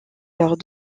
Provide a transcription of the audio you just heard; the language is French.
lors